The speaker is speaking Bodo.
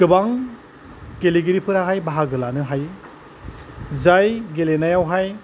गोबां गेलेगिरिफोराहाय बाहागो लानो हायो जाय गेलेनायावहाय